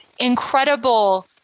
incredible